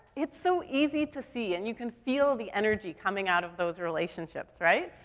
it's so easy to see. and you can feel the energy coming out of those relationships, right?